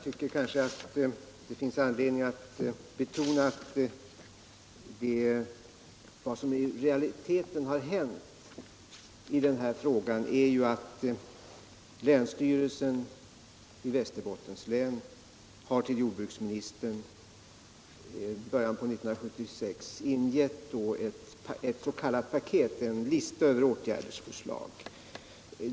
Herr talman! Vad som i realiteten har hänt i denna fråga är att länsstyrelsen i Västerbouens län i början av 1976 till jordbruksministern ingivit:ett s.k. paket. en lista över åtgärdsförslag.